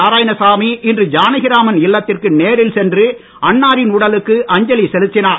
நாராயணசாமி இன்று ஜானகிராமன் இல்லத்திற்கு நேரில் சென்று அன்னாரின் உடலுக்கு அஞ்சலி செலுத்தினார்